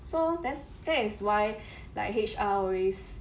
so that's that's why like H_R always